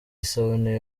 isabune